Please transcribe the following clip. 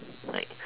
like